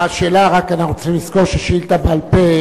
אנחנו רק צריכים לזכור ששאילתא בעל-פה